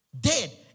dead